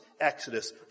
Exodus